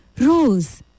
Rose